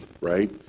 right